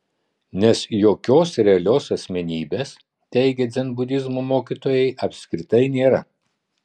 nes jokios realios asmenybės teigia dzenbudizmo mokytojai apskritai nėra